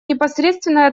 непосредственное